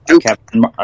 Captain